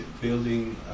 building